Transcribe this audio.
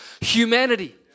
humanity